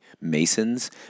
Masons